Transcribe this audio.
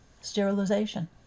Sterilization